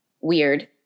weird